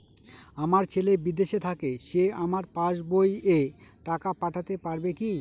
আমার ছেলে বিদেশে থাকে সে আমার পাসবই এ টাকা পাঠাতে পারবে কি?